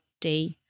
day